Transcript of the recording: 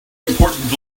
important